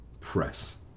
press